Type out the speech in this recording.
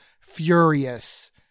furious